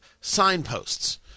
signposts